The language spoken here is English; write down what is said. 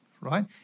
right